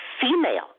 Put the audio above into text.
female